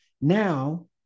now